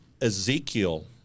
Ezekiel